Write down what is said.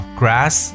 grass